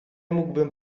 mógłbym